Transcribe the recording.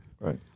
Right